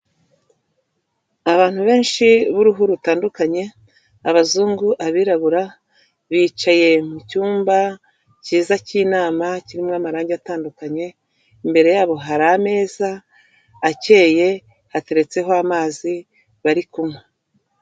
Abantu benshi b'uruhu rutandukanye: abazungu, abirabura, bicaye mu cyumba cyiza cy'inama kirimo amarangi atandukanye, imbere yabo hari ameza akeye, hateretseho amazi bari kunywa.